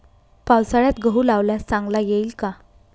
पावसाळ्यात गहू लावल्यास चांगला येईल का?